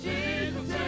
Jesus